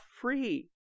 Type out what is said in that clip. free